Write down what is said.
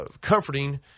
comforting